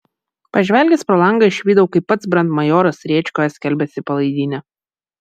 pažvelgęs pro langą išvydau kaip pats brandmajoras rėčkoje skalbiasi palaidinę